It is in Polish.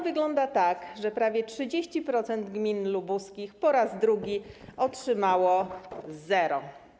Wygląda tak, że prawie 30% gmin lubuskich po raz drugi otrzymało zero.